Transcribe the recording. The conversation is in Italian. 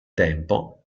tempo